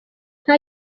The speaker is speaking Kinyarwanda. nta